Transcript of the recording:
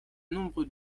nombre